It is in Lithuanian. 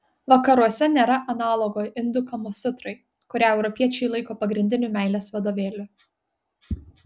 vakaruose nėra analogo indų kamasutrai kurią europiečiai laiko pagrindiniu meilės vadovėliu